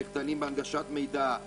למחדלים בהנגשת מידע,